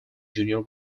junior